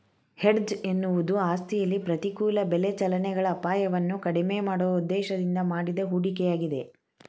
hedge ಎನ್ನುವುದು ಆಸ್ತಿಯಲ್ಲಿ ಪ್ರತಿಕೂಲ ಬೆಲೆ ಚಲನೆಗಳ ಅಪಾಯವನ್ನು ಕಡಿಮೆ ಮಾಡುವ ಉದ್ದೇಶದಿಂದ ಮಾಡಿದ ಹೂಡಿಕೆಯಾಗಿದೆ